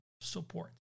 support